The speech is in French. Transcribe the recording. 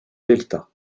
delta